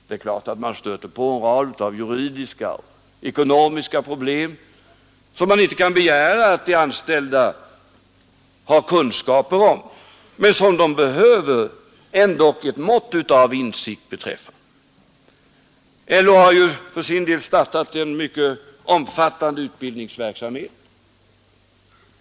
Det är klart att man där stöter på en rad juridiska och ekonomiska problem som det inte är att begära att de anställda skall ha kunskaper om men som de ändå behöver ett mått av insikt i. LO har för sin del startat en mycket omfattande utbildningsverksamhet.